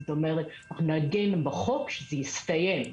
זאת אומרת שאנחנו נעגן בחוק שזה יסתיים.